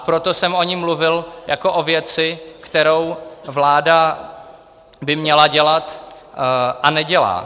Proto jsem o ní mluvil jako o věci, kterou vláda by měla dělat a nedělá.